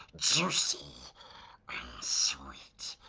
juicy and sweet.